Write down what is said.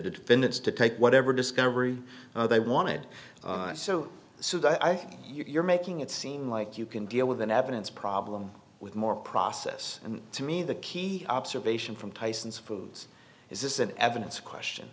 defendants to take whatever discovery they wanted so i think you're making it seem like you can deal with an evidence problem with more process and to me the key observation from tyson's foods is this is an evidence question